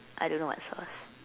I don't know what sauce